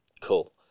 Cool